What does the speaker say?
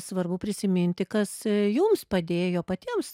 svarbu prisiminti kas jums padėjo patiems